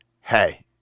hey